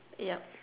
yup